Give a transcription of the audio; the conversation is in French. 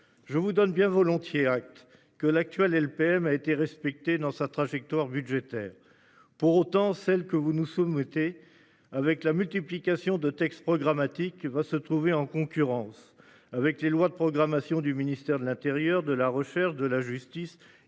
Je vous donne bien volontiers acte que l'actuelle LPM a été respectée dans sa trajectoire budgétaire pour autant celle que vous nous sommes. Avec la multiplication de textes programmatiques qui va se trouver en concurrence avec les lois de programmation du ministère de l'intérieur de la recherche de la justice